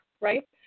right